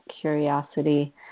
curiosity